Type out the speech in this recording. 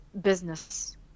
business